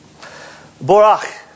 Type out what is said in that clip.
Borach